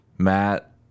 Matt